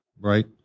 right